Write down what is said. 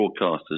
broadcasters